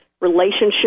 relationship